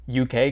UK